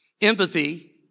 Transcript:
empathy